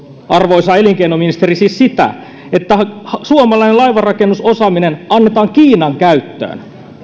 arvoisa elinkeinoministeri siis sitä että suomalainen laivanrakennusosaaminen annetaan kiinan käyttöön